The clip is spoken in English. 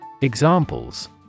Examples